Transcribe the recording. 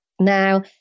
Now